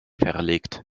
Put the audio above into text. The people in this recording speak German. verlegt